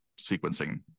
sequencing